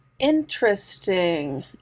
Interesting